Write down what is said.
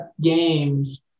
games